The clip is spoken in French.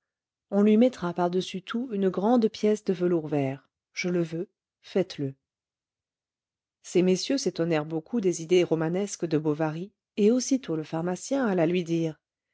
on lui mettra par-dessus tout une grande pièce de velours vert je le veux faites-le ces messieurs s'étonnèrent beaucoup des idées romanesques de bovary et aussitôt le pharmacien alla lui dire